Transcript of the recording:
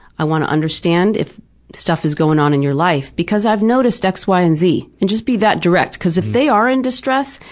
i want to understand if stuff is going on in your life, because i've noticed x, y and z. and just be that direct, because if they are in distress,